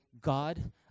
God